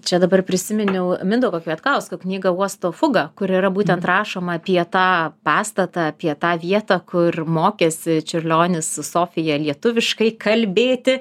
čia dabar prisiminiau mindaugo kvietkausko knygą uosto fugą kur yra būtent rašoma apie tą pastatą apie tą vietą kur mokėsi čiurlionis su sofija lietuviškai kalbėti